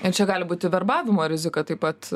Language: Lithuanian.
ir čia gali būti verbavimo rizika taip pat